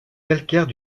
calcaires